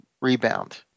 rebound